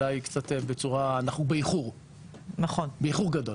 שאנחנו באיחור גדול.